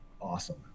awesome